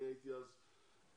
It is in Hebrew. אני הייתי אז בעירייה,